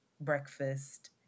breakfast